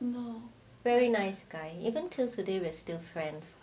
you know very nice guy even till today we're still friends